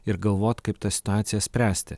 ir galvot kaip tą situaciją spręsti